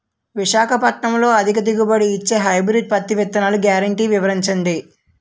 విశాఖపట్నంలో అధిక దిగుబడి ఇచ్చే హైబ్రిడ్ పత్తి విత్తనాలు గ్యారంటీ వివరించండి?